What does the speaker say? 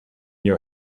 your